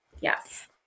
Yes